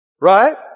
right